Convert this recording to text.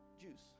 juice